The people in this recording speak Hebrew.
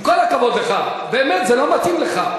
עם כל הכבוד לך, באמת, זה לא מתאים לך.